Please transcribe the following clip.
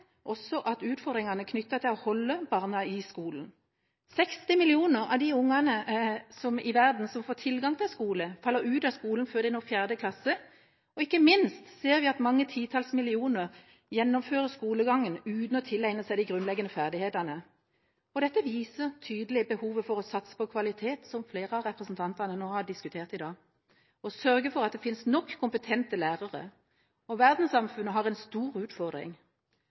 også utfordringer knyttet til å holde barna i skolen. 60 millioner av de barna i verden som får tilgang til skole, faller ut av skolen før de når 4. klasse. Ikke minst ser vi at mange titalls millioner gjennomfører skolegang uten å tilegne seg grunnleggende ferdigheter. Dette viser tydelig behovet for å satse på kvalitet, som flere av representantene nå har diskutert i dag, og sørge for at det finnes nok kompetente lærere. Verdenssamfunnet har en stor utfordring.